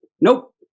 Nope